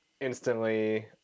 instantly